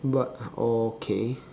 but okay